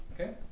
Okay